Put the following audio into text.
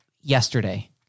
yesterday